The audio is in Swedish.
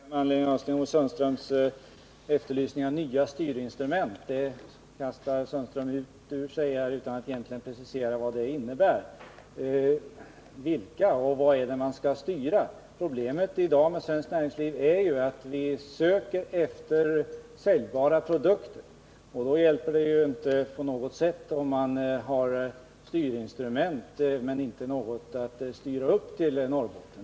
Herr talman! Sten-Ove Sundström efterlyser nya styrinstrument. Det kastar han ur sig utan att egentligen precisera vad det innebär. Vilka instrument skall det vara, och vad är det man skall styra? Problemet i dag med svenskt näringsliv är att det söker efter säljbara produkter. Då hjälper det inte på något sätt om man har styrinstrument men inte något att styra upp till Norrbotten.